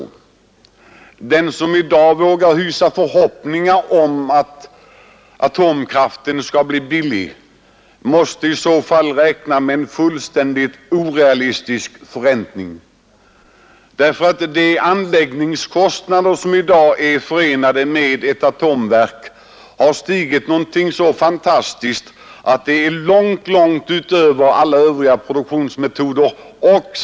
Den som i dag vågar hysa förhoppningar om att atomkraften skall bli billig, måste räkna med en fullständigt orealistisk förräntning. De anläggningskostnader som i dag är förenade med uppförandet av ett atomkraftverk har stigit någonting så fantastiskt, att de ligger långt utöver motsvarande kostnader för andra produktionsmetoder.